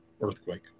earthquake